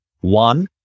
One